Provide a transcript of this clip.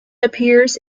appears